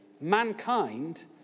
mankind